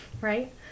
Right